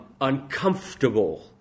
uncomfortable